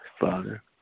Father